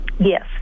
Yes